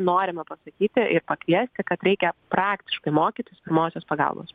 norime pasakyti ir pakviesti kad reikia praktiškai mokytis pirmosios pagalbos